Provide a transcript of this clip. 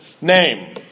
name